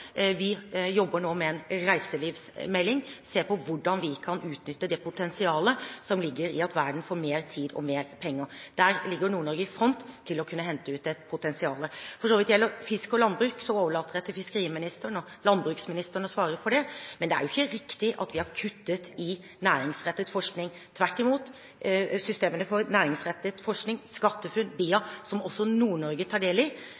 vi jobber nå med en reiselivsmelding, ser på hvordan vi kan utnytte det potensialet som ligger i at verden får mer tid og mer penger. Der ligger Nord-Norge i front til å kunne hente ut et potensial. Når det gjelder fisk og landbruk, overlater jeg til fiskeriministeren og landbruksministeren å svare for det. Men det er jo ikke riktig at vi har kuttet i næringsrettet forskning. Tvert imot – systemene for næringsrettet forskning, SkatteFUNN, BIA, som også Nord-Norge tar del i,